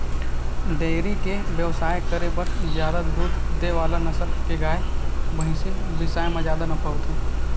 dairy के बेवसाय करे बर जादा दूद दे वाला नसल के गाय, भइसी बिसाए म जादा नफा होथे